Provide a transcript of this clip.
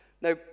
Now